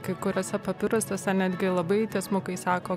kai kuriuose papirusuose netgi labai tiesmukai sako